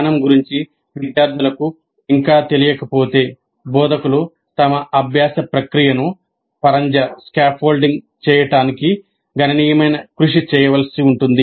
ఈ విధానం గురించి విద్యార్థులకు ఇంకా తెలియకపోతే బోధకులు తమ అభ్యాస ప్రక్రియను పరంజా చేయడానికి గణనీయమైన కృషి చేయాలి